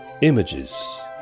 images